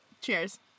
cheers